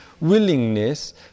willingness